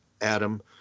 Adam